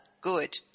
Good